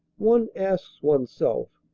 one asks oneself,